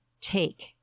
take